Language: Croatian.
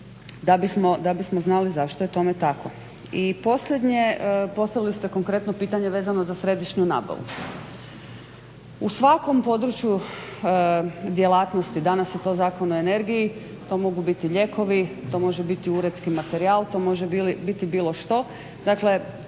da bi smo znali zašto je tome tako. I posljednje, postavili ste konkretno pitanje vezano za središnju nabavu, u svakom području djelatnosti, danas je to Zakon o energiji, to mogu biti lijekovi, to može biti uredski materijal, to može biti bilo što.